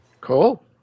Cool